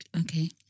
Okay